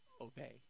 Obey